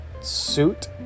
Suit